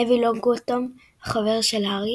נוויל לונגבוטום – חבר של הארי.